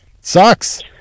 Sucks